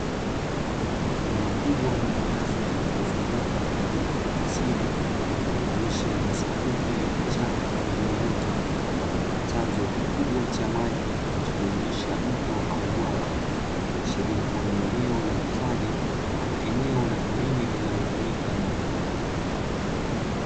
Eneo kubwa la wazi lililozungukwa na uoto wa asili, linalojumuisha nyasi fupi, vichaka, pamoja na miti, pamoja na chanzo kikubwa cha maji kinachojumuisha mto au bwawa, ikiashiria ni eneo la hifadhi ama eneo la porini linalotumika na wanyama pori.